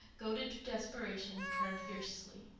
goaded to desperation, turned fiercely.